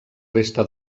resta